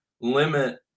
limit